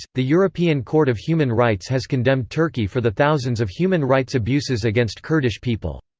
the european court of human rights has condemned turkey for the thousands of human rights abuses against kurdish people.